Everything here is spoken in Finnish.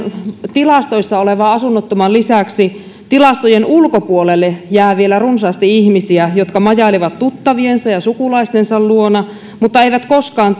tilastoissa olevan asunnottoman lisäksi tilastojen ulkopuolelle jää vielä runsaasti ihmisiä jotka majailevat tuttaviensa ja sukulaistensa luona mutta eivät koskaan